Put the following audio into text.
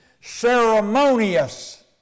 ceremonious